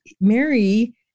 Mary